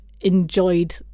enjoyed